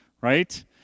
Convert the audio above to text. right